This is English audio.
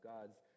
God's